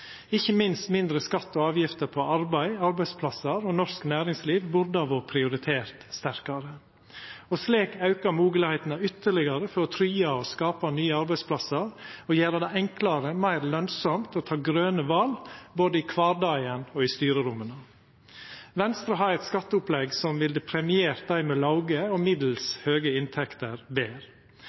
Ikkje minst burde mindre skatt og avgifter på arbeid, arbeidsplasser og norsk næringsliv ha vore prioritert sterkare. Slik aukar moglegheitene ytterlegare for å tryggja og skapa nye arbeidsplassar og gjera det enklare og meir lønsamt å ta grøne val, både i kvardagen og i styreromma. Venstre har eit skatteopplegg som ville premiert dei med låge og middels høge inntekter